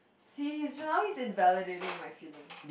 see he's enjoying invalidating my feelings